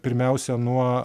pirmiausia nuo